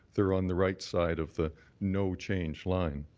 they're on the right side of the no change line.